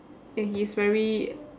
and he's very